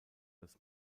als